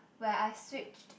where I switched